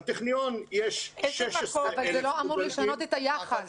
בטכניון יש 16,000 סטודנטים --- אבל זה לא אמור לשנות את היחס.